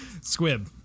Squib